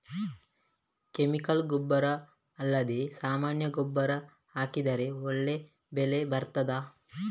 Chemical ಗೊಬ್ಬರ ಅಲ್ಲದೆ ಸಾಮಾನ್ಯ ಗೊಬ್ಬರ ಹಾಕಿದರೆ ಒಳ್ಳೆ ಬೆಳೆ ಬರ್ತದಾ?